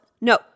No